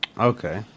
Okay